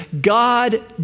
God